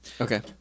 Okay